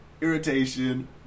irritation